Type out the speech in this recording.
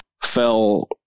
fell